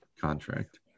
contract